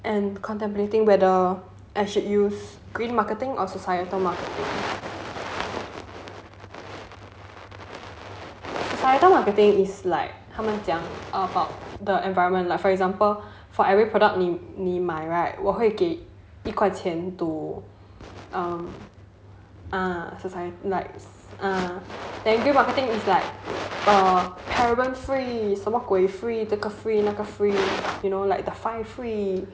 and contemplating whether I should use green marketing or societal marketing societal marketing is like 他们讲 about the environment like for example for every product 你买 right 我会给一块钱 to um ah likes then green marketing is like free 什么鬼 free 这个 free 那个 free you know like the five free